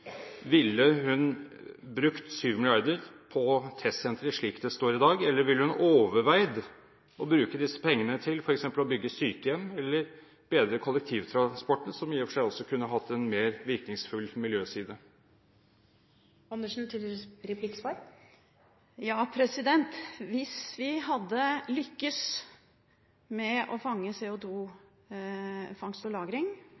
ville hun brukt 7 mrd. kr på testsenteret slik det står i dag, eller ville hun ha overveid å bruke disse pengene til f.eks. å bygge sykehjem eller å bedre kollektivtransporten, som i og for seg også kunne hatt en mer virkningsfull miljøside? Hvis vi hadde lyktes med CO2-fangst og